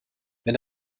wenn